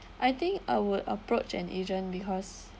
I think I would approach an agent because